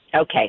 Okay